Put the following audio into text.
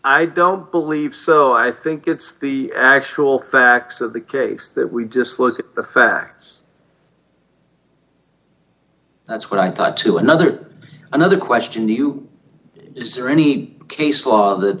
i don't believe so i think it's the actual facts of the case that we just look at the facts that's what i thought to another day another question to you is are any case law that